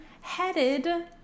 headed